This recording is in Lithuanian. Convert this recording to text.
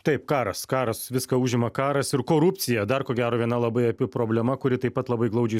taip karas karas viską užima karas ir korupcija dar ko gero viena labai api problema kuri taip pat labai glaudžiai